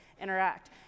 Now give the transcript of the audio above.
interact